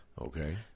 Okay